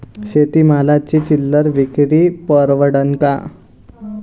शेती मालाची चिल्लर विक्री परवडन का?